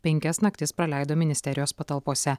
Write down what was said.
penkias naktis praleido ministerijos patalpose